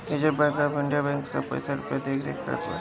reserve bank of India bank सब पईसा रूपया के देखरेख करत बाटे